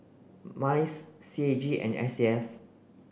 MICE C A G and S A F